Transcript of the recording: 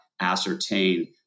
ascertain